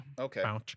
Okay